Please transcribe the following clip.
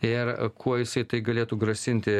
ir kuo jisai tai galėtų grasinti